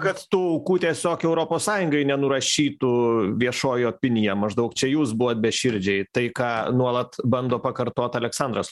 kad tų aukų tiesiog europos sąjungai nenurašytų viešoji opinija maždaug čia jūs buvot beširdžiai tai ką nuolat bando pakartot aleksandras